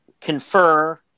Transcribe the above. confer